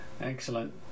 Excellent